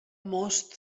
most